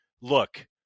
Look